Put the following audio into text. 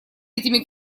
этими